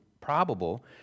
probable